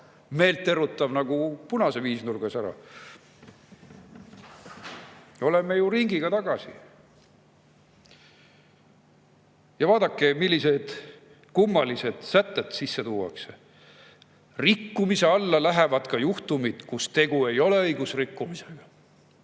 meelierutav nagu punase viisnurga sära. Oleme ringiga tagasi. Vaadake, millised kummalised sätted sisse tuuakse: rikkumise alla lähevad ka juhtumid, kui tegu ei ole õigusrikkumisega.